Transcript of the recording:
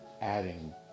adding